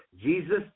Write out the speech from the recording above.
Jesus